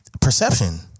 perception